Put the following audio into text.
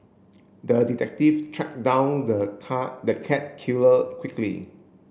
the detective track down the car the cat killer quickly